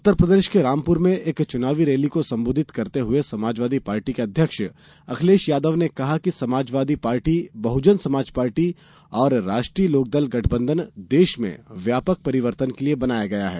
उत्तरप्रदेश में रामपुर में एक चुनाव रैली को संबोधित करते हुए समाजवादी पार्टी अध्यक्ष अखिलेश यादव ने कहा कि समाजवादी पार्टी बहुजन समाज पार्टी और राष्ट्रीय लोकदल गठबंधन देश में व्यापक परिवर्तन के लिए बनाया गया है